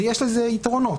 ויש לזה יתרונות.